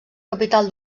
capital